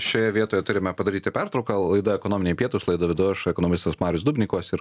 šioje vietoje turime padaryti pertrauką laida ekonominiai pietūs laidą vedu aš ekonomistas marius dubnikovas ir